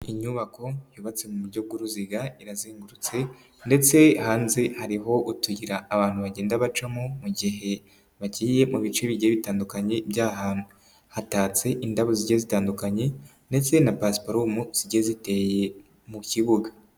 Inyubako yubatse mu buryo bw'uruziga irazengurutse ndetse hanze hariho utuyira abantu bagenda bacamo mu gihe bagiye mu bice bigiye bitandukanye by'aha hantu, hatatse indabo zigiye zitandukanye ndetse na pasiparumu zigiye ziteye mu kibuga.